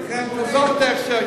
האוכל בבית-החולים,